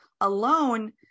alone